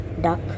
duck